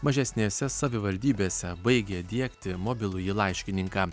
mažesnėse savivaldybėse baigė diegti mobilųjį laiškininką